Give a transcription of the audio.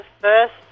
first